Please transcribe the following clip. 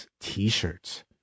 t-shirts